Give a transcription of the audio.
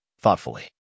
thoughtfully